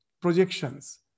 projections